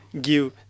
give